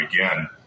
again